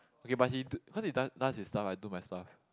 okay but he do cause he does does his stuff I do my stuff